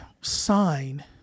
sign